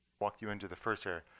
walk you into the first here.